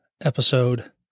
episode